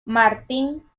martin